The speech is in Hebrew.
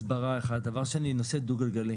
הסברה זה אחת, דבר שני זה הנושא של דו גלגלי.